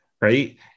right